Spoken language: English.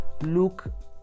look